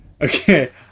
okay